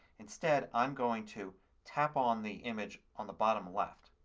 instead i'm going to tap on the image on the bottom left.